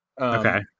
Okay